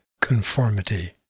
conformity